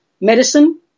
medicine